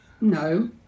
No